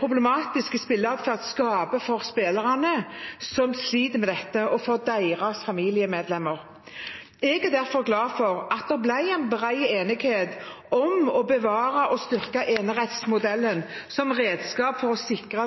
problematisk spilleadferd skaper for spillere som sliter med dette, og for deres familiemedlemmer. Jeg er derfor glad for at det ble bred enighet om å bevare og styrke enerettsmodellen som redskap for å sikre